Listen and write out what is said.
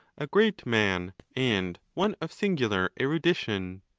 a great man and one of singular erudition.